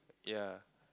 ya